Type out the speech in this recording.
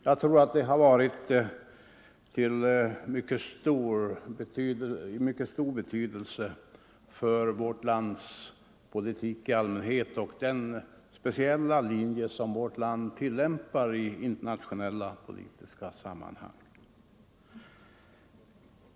Jag tror att det har haft mycket stor betydelse för vårt lands politik och för den speciella linje som vårt land följer i internationella politiska sammanhang.